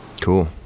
cool